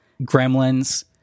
gremlins